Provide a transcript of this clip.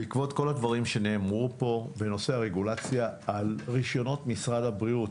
בעקבות כל הדברים שנאמרו פה בנושא הרגולציה על רישיונות משרד הבריאות,